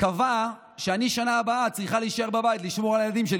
קבע שאני בשנה הבאה צריכה להישאר בבית לשמור על הילדים שלי